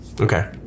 Okay